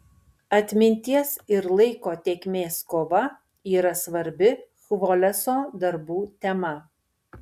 atminties ir laiko tėkmės kova yra svarbi chvoleso darbų tema